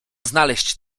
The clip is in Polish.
znaleźć